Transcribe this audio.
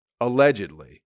allegedly